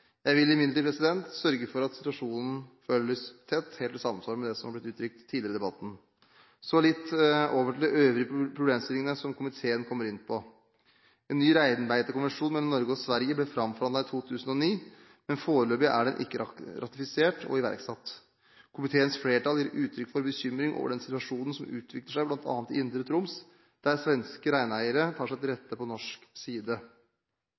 Jeg vil imidlertid sørge for at situasjonen følges tett, helt i samsvar med det som har blitt uttrykt tidligere i debatten. Så litt om de øvrige problemstillingene som komiteen kommer inn på. En ny reinbeitekonvensjon mellom Norge og Sverige ble framforhandlet i 2009, men foreløpig er den ikke ratifisert og iverksatt. Komiteens flertall gir uttrykk for bekymring over den situasjonen som utvikler seg bl.a. i indre Troms, der svenske reineiere tar seg til rette på norsk side.